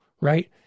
right